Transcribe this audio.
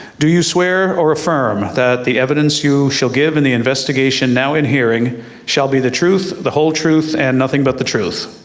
do you swear or affirm that the evidence you shall give in the investigation now in hearing shall be the truth, the whole truth, and nothing but the truth?